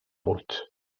route